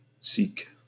Seek